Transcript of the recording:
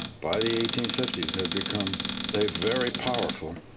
by the eighteen fifty s had become a very powerful,